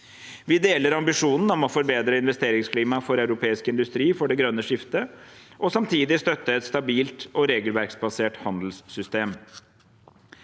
Vi deler ambisjonen om å forbedre investeringsklimaet for europeisk industri for det grønne skiftet, og samtidig støtte et stabilt og regelverksbasert handelssystem.